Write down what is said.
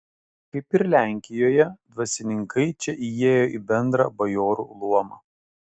kaip ir lenkijoje dvasininkai čia įėjo į bendrą bajorų luomą